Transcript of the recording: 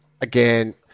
again